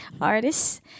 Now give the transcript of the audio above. artists